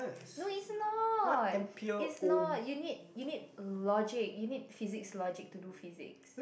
no it's not it's not you need you need logic you need physics logic to do physics